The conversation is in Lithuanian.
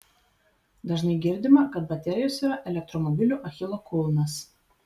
dažnai girdima kad baterijos yra elektromobilių achilo kulnas